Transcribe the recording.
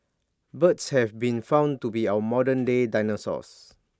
birds have been found to be our modern day dinosaurs